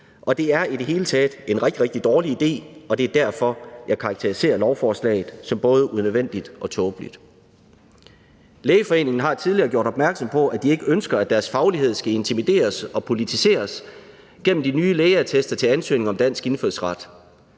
det er i det hele taget en rigtig, rigtig dårlig idé, og det er derfor, jeg karakteriserer lovforslaget som både unødvendigt og tåbeligt. Lægeforeningen har tidligere gjort opmærksom på, at de ikke ønsker, at deres faglighed skal intimideres og politiseres gennem de nye lægeattester til ansøgning om dansk indfødsret.